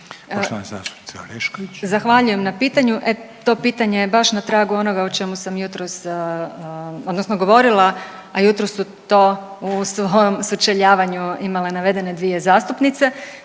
Zahvaljujem na pitanju. To pitanje je baš na tragu onoga o čemu sam jutros, odnosno govorila, a jutros su to u svom sučeljavanju imale navedene dvije zastupnice.